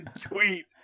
tweet